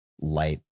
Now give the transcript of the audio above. light